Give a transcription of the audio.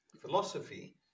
philosophy